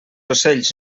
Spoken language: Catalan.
ocells